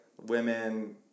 women